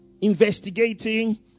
investigating